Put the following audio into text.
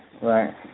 right